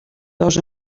dos